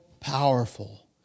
Powerful